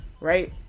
right